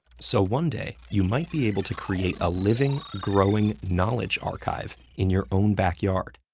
so one day, you might be able to create a living, growing, knowledge archive in your own backyard,